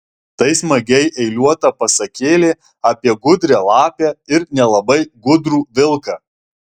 tai smagiai eiliuota pasakėlė apie gudrią lapę ir nelabai gudrų vilką